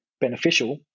beneficial